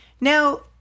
Now